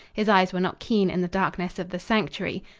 his eyes were not keen in the darkness of the sanctuary.